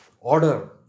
order